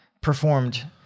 performed